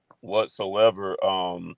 whatsoever